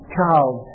child